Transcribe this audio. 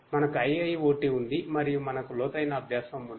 మనకు IIoT ఉంది మరియు మనకు లోతైన అభ్యాసం ఉంది